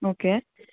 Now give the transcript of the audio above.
okay